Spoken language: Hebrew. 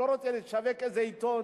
אני לא רוצה לשווק איזה עיתון,